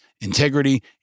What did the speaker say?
integrity